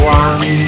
one